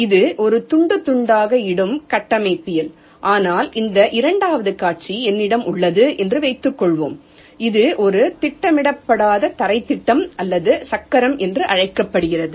இது ஒரு துண்டு துண்டாக இடும் கட்டமைப்பியல் ஆனால் இந்த இரண்டாவது காட்சி என்னிடம் உள்ளது என்று வைத்துக்கொள்வோம் இது ஒரு திட்டமிடப்படாத தரைத் திட்டம் அல்லது சக்கரம் என்று அழைக்கப்படுகிறது